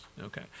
okay